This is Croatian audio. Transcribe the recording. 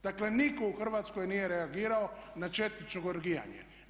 Dakle nitko u Hrvatskoj nije reagirao na četničko orgijanje.